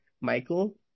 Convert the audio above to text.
Michael